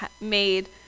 made